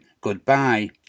goodbye